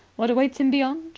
what awaits him beyond?